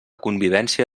convivència